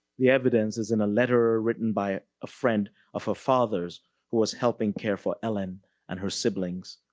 the evidence is in a letter written by a friend of her fathers who was helping care for ellen and her siblings.